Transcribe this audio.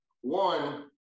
one